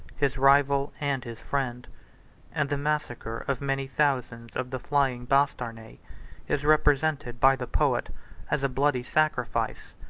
his rival and his friend and the massacre of many thousands of the flying bastarnae is represented by the poet as a bloody sacrifice,